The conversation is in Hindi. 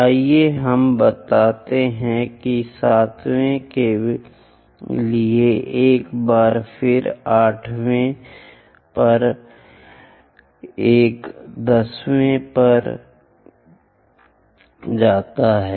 आइए हम बताते हैं कि 7 वें के लिए एक बार फिर 8 वें पर 8 वें एक 10 वें पर 10 वें पर जाता है